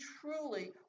truly